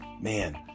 Man